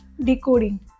decoding